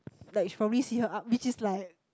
like she probably see her up which is like